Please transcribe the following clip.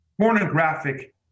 pornographic